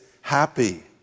happy